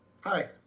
Hi